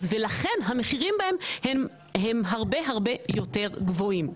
ולכן המחירים בהן הם הרבה יותר גבוהים.